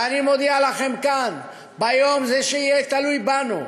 ואני מודיע לכם כאן: ביום שזה יהיה תלוי בנו,